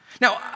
Now